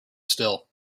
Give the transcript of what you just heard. still